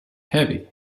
heavy